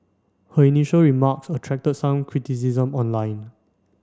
her initial remarks attracted some criticism online